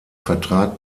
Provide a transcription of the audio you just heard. vertrag